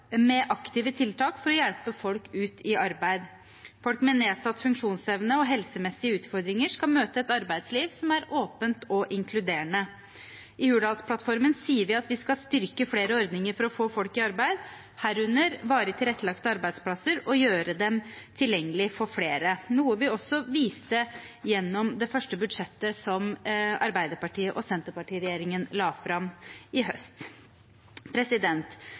med aktive tiltak for å hjelpe folk ut i arbeid. Folk med nedsatt funksjonsevne og helsemessige utfordringer skal møte et arbeidsliv som er åpent og inkluderende. I Hurdalsplattformen sier vi at vi skal styrke flere ordninger for å få folk i arbeid, herunder varig tilrettelagte arbeidsplasser, og gjøre dem tilgjengelig for flere, noe vi også viste gjennom det første budsjettet som Arbeiderparti–Senterparti-regjeringen la fram i høst.